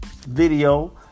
video